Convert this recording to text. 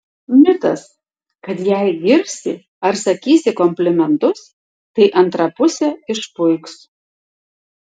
mitas kad jei girsi ar sakysi komplimentus tai antra pusė išpuiks